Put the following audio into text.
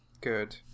good